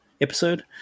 episode